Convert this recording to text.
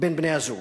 בין בני-הזוג,